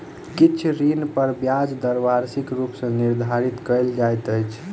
किछ ऋण पर ब्याज दर वार्षिक रूप मे निर्धारित कयल जाइत अछि